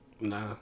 nah